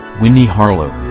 winnie harlow